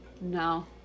No